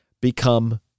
become